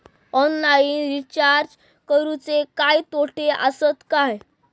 Online recharge करुचे काय तोटे आसत काय?